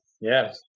Yes